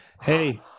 Hey